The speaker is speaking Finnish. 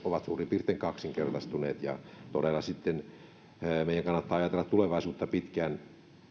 ovat suurin piirtein kaksinkertaistuneet todella meidän kannattaa ajatella tulevaisuutta pitkälle